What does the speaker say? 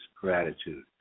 gratitude